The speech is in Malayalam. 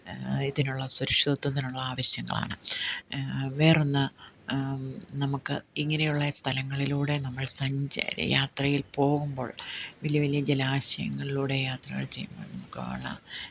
ഇതിനുള്ള സുരക്ഷിതത്വത്തിനുള്ള ആവശ്യങ്ങളാണ് വേറെ ഒന്ന് നമുക്ക് ഇങ്ങനെയുള്ള സ്ഥലങ്ങളിലൂടെ നമ്മൾ സഞ്ച യാത്രയിൽ പോകുമ്പോൾ വലിയ വലിയ ജലാശയങ്ങളിലൂടെ യാത്രകൾ ചെയ്യുമ്പോൾ നമുക്ക് കാണാം